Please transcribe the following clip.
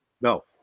No